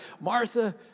Martha